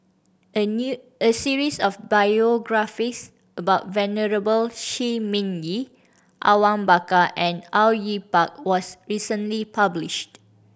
a new a series of biographies about Venerable Shi Ming Yi Awang Bakar and Au Yue Pak was recently published